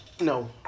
No